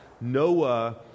Noah